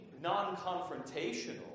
non-confrontational